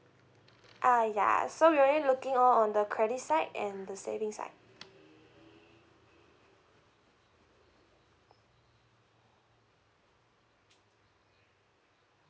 ah ya so we're only looking on on the credit side and the saving side